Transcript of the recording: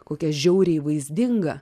kokia žiauriai vaizdinga